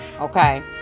okay